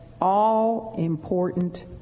all-important